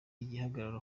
igihagararo